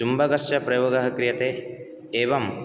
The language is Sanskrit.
चुम्बकस्य प्रयोगः क्रियते एवं